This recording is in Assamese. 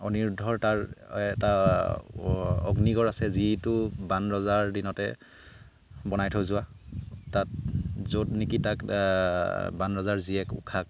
অনিৰুদ্ধৰ তাৰ এটা অগ্নিগড় আছে যিটো বাণ ৰজাৰ দিনতে বনাই থৈ যোৱা তাত য'ত নেকি তাত বান ৰজাৰ জীয়েক উষাক